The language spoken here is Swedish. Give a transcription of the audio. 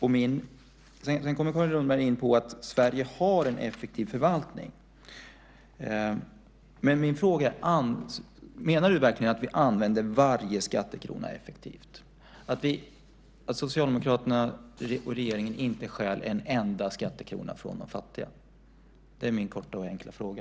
Carin Lundberg kom sedan in på att Sverige har en effektiv förvaltning. Men min fråga är då: Menar du verkligen att vi använder varje skattekrona effektivt, att Socialdemokraterna och regeringen inte stjäl en enda skattekrona från de fattiga? Det är min korta och enkla fråga.